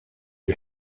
you